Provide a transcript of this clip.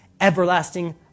everlasting